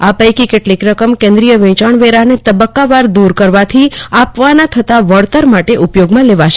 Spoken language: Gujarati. આ પૈકી કેટલીક રકમ કેન્દ્રિય વેચાણવેરાને તબક્કાવાર દૂર કરવાથી આપવાના થતા વળતર માટે ઉપયોગમાં લેવાશે